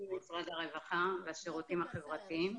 משרד הרווחה והשירותים החברתיים,